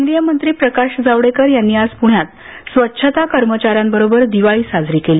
केंद्रीय मंत्री प्रकाश जावडेकर यांनी आज पूण्यात स्वच्छता कर्मचाऱ्याबरोबर दोवली साजरी केली